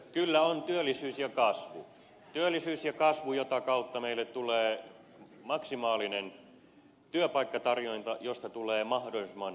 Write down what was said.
kyllä on työllisyys ja kasvu työllisyys ja kasvu jota kautta meille tulee maksimaalinen työpaikkatarjonta mistä tulee mahdollisimman hyvä hyvinvointiyhteiskunta